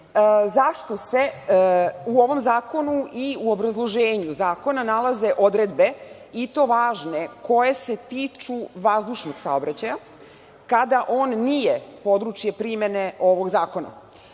Zašto se u ovom zakonu i u obrazloženju zakona nalaze odredbe,i to važne koje se tiču vazdušnog saobraćaja, kada on nije područje primene ovog zakona?